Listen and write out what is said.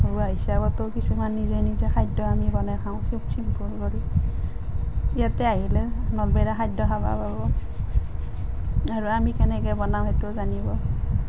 ঘৰুৱা হিচাপতো কিছুমান নিজে নিজে খাদ্য আমি বনাই খাওঁ খুব চিম্পুল কৰি ইয়াতে আহিলে নলবেইৰা খাদ্য খাব পাব আৰু আমি কেনেকৈ বনাওঁ সেইটোও জানিব